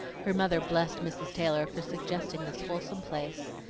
her mother blessed mrs. taylor for suggesting this wholesome place.